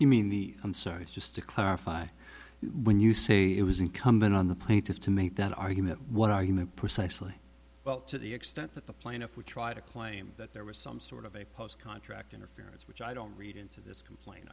you mean the i'm sorry just to clarify when you say it was incumbent on the plaintiff to make that argument what argument precisely to the extent that the plaintiff would try to claim that there was some sort of a post contract interference which i don't read into this complain